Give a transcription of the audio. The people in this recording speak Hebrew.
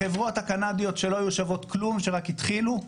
החברות הקנדיות, שלא היו שוות כלום, שרק התחילו,